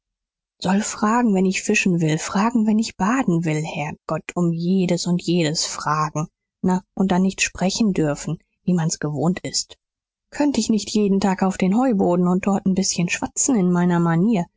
soll fragen wenn ich fischen will fragen wenn ich baden will herrgott um jedes und jedes fragen na und dann nicht sprechen dürfen wie man's gewohnt ist könnt ich nicht jeden tag auf den heuboden und dort n bißchen schwatzen in meiner manier